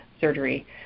surgery